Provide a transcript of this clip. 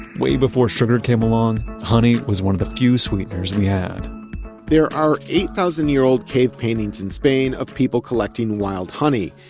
way before sugar came along, honey was one of the few sweeteners we had there are eight thousand year old cave paintings in spain of people collecting wild honey.